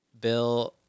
Bill